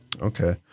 Okay